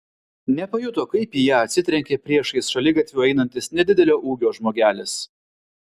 nepajuto kaip į ją atsitrenkė priešais šaligatviu einantis nedidelio ūgio žmogelis